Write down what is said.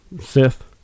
Sith